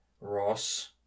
Ross